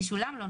תשולם לו,